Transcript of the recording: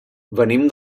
venim